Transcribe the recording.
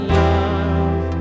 love